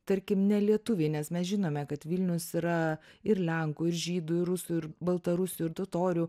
tarkim nelietuviai nes mes žinome kad vilnius yra ir lenkų ir žydų ir rusų ir baltarusių ir totorių